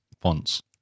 Fonts